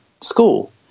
school